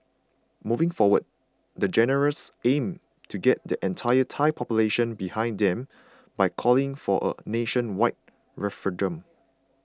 moving forward the generals aim to get the entire Thai population behind them by calling for a nationwide referendum